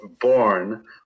born